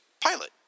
pilot